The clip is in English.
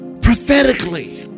prophetically